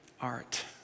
art